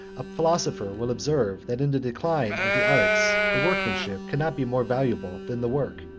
a philosopher will observe, that in the decline of the arts the workmanship could not be more valuable than the work,